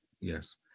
yes